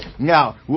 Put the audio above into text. Now